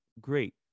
great